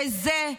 וזו,